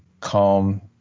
calm